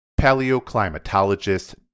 Paleoclimatologist